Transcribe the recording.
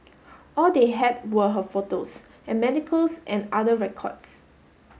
all they had were her photos and medicals and other records